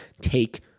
take